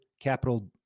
CAPITAL